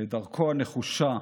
ודרכו הנחושה